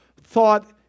thought